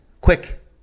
quick